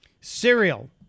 cereal